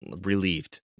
relieved